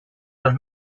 los